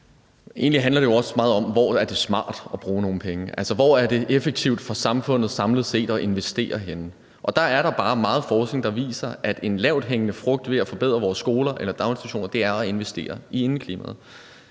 Egentlig handler det også meget om, hvor det er smart at bruge nogle penge. Hvor er det effektivt for samfundet samlet set at investere henne? Og der er der bare meget forskning, der viser, at en lavthængende frugt i at forbedre vores skoler eller daginstitutioner er at investere i indeklimaet.